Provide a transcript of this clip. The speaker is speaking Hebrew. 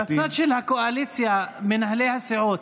בצד של הקואליציה, מנהלי הסיעות.